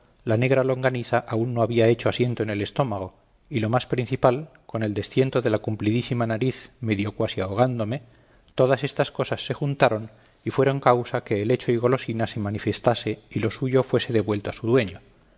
la negra longaniza aún no había hecho asiento en el estómago y lo más principal con el destiento de la cumplidísima nariz medio cuasi ahogándome todas estas cosas se juntaron y fueron causa que el hecho y golosina se manifestase y lo suyo fuese devuelto a su dueño